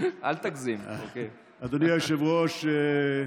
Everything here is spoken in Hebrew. אדוני היושב-ראש,